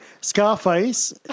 Scarface